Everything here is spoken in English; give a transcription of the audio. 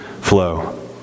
flow